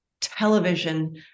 television